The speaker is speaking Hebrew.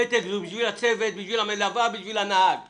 הפתק הוא עבור הצוות, הנהג והמלווה.